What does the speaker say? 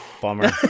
Bummer